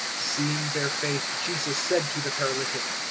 seeing their faith jesus said to the paralytic,